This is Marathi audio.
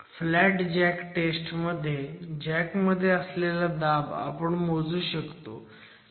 फ्लॅट जॅक टेस्टमध्ये जॅक मध्ये असलेला दाब आपण मोजू शकतो